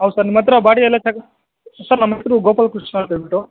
ಹೌದು ಸರ್ ನಿಮ್ಮತ್ರ ಬಾಡಿ ಎಲ್ಲ ಸರ್ ನನ್ನೆಸ್ರು ಗೋಪಾಲ ಕೃಷ್ಣ ಅಂಥೇಳಿಬಿಟ್ಟು